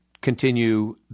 continue